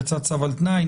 יצא צו על תנאי?